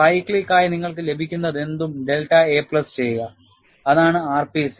ചാക്രികത്തിനായി നിങ്ങൾക്ക് ലഭിക്കുന്നതെന്തും delta a plus ചെയ്യുക അതാണ് ആർപിസി